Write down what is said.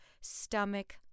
stomach